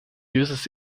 uses